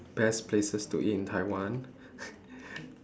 best places to eat in taiwan